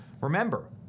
remember